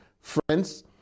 Friends